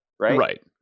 right